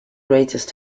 greatest